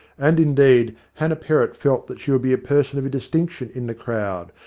and, indeed, hannah perrott felt that she would be a person of distinction in the crowd,